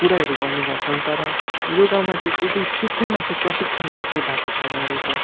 कुराहरू गर्ने गर्छन् तर यो गाउँमा चाहिँ सित्तैमा चाहिँ प्रशिक्षणहरू चाहिँ भएको छैन रहेछ